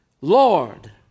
Lord